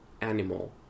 animal